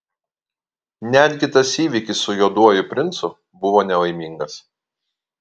netgi tas įvykis su juoduoju princu buvo nelaimingas